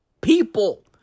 people